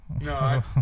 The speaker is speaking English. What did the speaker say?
No